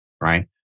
right